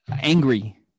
angry